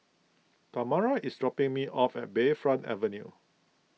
Tamara is dropping me off at Bayfront Avenue